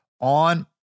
on